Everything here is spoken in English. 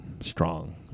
strong